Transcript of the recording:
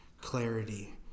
clarity